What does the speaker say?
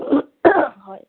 হয়